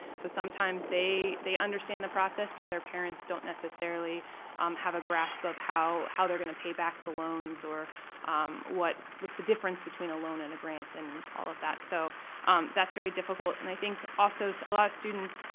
so sometimes they they understand the process, but their parents don't necessarily um have a grasp of how how they're going to pay back the loans or what what the difference between a loan and a grant and all of that, so that's very difficult. and i think also so a lot of students,